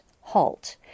HALT